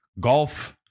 golf